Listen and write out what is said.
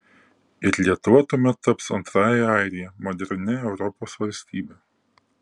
ir lietuva tuomet taps antrąja airija modernia europos valstybe